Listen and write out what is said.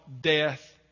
death